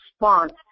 response